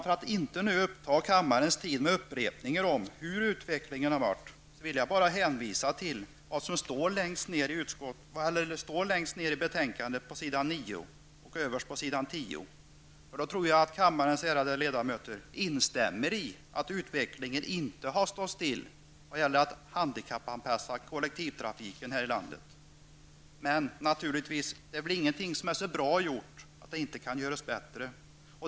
För att inte uppta kammarens tid med upprepningar om hur utvecklingen har varit, vill jag bara hänvisa till det som står i betänkandet längst ned på s. 9 och överst på s. 10. Då tror jag att kammarens ärade ledamöter instämmer i att utvecklingen inte har stått stilla när det gäller att handikappanpassa kollektivtrafiken här i landet. Men naturligtvis är ingenting så bra gjort att det inte kan göras bättre.